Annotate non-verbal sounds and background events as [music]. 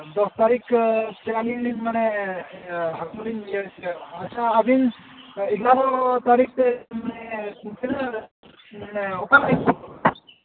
ᱫᱚᱥ ᱛᱟᱹᱨᱤᱠᱷ [unintelligible] ᱟᱹᱞᱤᱧ ᱢᱟᱱᱮ ᱦᱟᱹᱠᱩ ᱞᱤᱧ ᱟᱪᱪᱷᱟ ᱟᱹᱵᱤᱱ ᱮᱜᱟᱨᱚ ᱛᱟᱹᱨᱤᱠᱷ ᱛᱮ ᱢᱟᱱᱮ ᱛᱤᱱᱟᱹᱜ ᱢᱟᱱᱮ ᱚᱠᱟ [unintelligible]